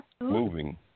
Moving